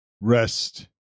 Rest